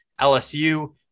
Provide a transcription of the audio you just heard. LSU